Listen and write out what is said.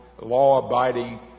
law-abiding